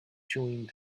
chewing